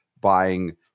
buying